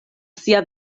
sia